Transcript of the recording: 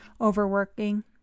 overworking